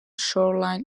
shoreline